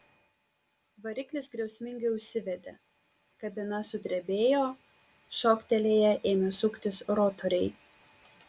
variklis griausmingai užsivedė kabina sudrebėjo šoktelėję ėmė suktis rotoriai